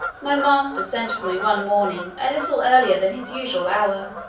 my master sent for me one morning a little earlier than his usual hour.